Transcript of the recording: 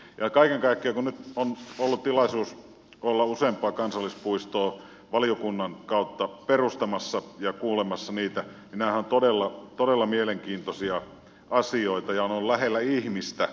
kaiken kaikkiaan kun nyt on ollut tilaisuus olla useampaa kansallispuistoa valiokunnan kautta perustamassa ja kuulemassa niistä nämähän ovat todella mielenkiintoisia asioita ja ovat olleet lähellä ihmistä